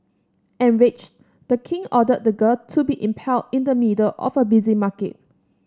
enraged the king ordered the girl to be impaled in the middle of a busy market